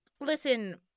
Listen